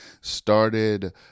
started